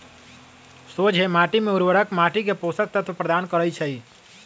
सोझें माटी में उर्वरक माटी के पोषक तत्व प्रदान करै छइ